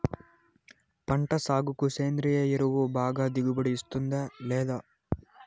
పంట సాగుకు సేంద్రియ ఎరువు బాగా దిగుబడి ఇస్తుందా లేదా